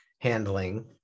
handling